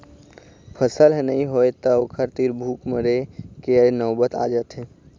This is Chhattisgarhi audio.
फसल ह नइ होवय त ओखर तीर भूख मरे के नउबत आ जाथे